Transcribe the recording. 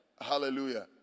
Hallelujah